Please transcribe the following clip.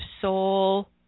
soul